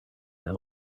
that